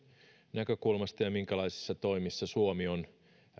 näkökulmasta ja ja minkälaisissa toimissa suomi on